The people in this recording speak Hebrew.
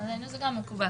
עלינו זה גם מקובל.